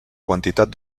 quantitat